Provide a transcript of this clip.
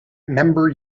member